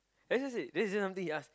that just it this is something he ask